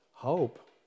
Hope